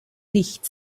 nicht